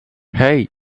hey